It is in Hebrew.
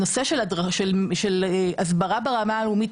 הנושא של הסברה ברמה הלאומית,